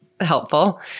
Helpful